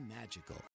magical